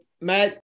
Matt